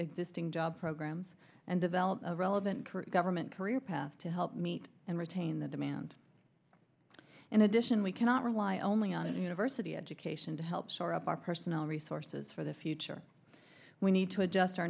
existing job programs and develop a relevant current government career path to help meet and retain the demand in addition we cannot rely only on a university education to help shore up our personal resources for the future we need to adjust our